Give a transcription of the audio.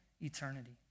eternity